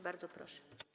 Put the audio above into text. Bardzo proszę.